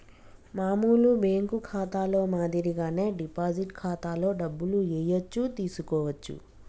మామూలు బ్యేంకు ఖాతాలో మాదిరిగానే డిపాజిట్ ఖాతాలో డబ్బులు ఏయచ్చు తీసుకోవచ్చు